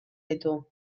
ditu